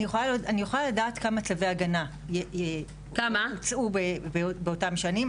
אני יכולה לדעת כמה צווי הגנה הוצאו באותן שנים,